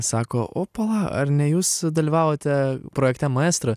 sako o pala ar ne jūs dalyvavote projekte maestro